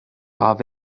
have